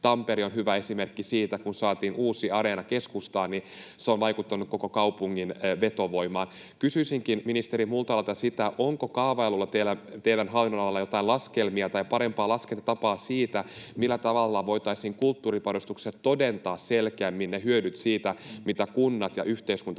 Tampere on hyvä esimerkki siitä: kun saatiin uusi areena keskustaan, niin se on vaikuttanut koko kaupungin vetovoimaan. Onko kaavailuissa teidän hallinnonalallanne laskelmia tai parempaa laskentatapaa kulttuuripanostuksille, millä tavalla voitaisiin todentaa selkeämmin ne hyödyt, mitä kunnat ja yhteiskunta